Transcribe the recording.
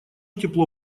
тепло